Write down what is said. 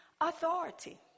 authority